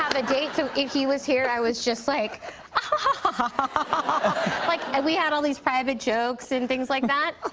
a date. so he was here, i was just like ah like, and we had all these private jokes and things like that.